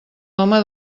home